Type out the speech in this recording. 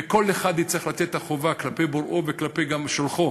וכל אחד יצטרך לתת את החובה כלפי בוראו וגם כלפי שולחו